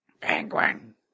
Penguin